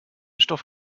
stoff